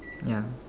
ya